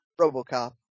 RoboCop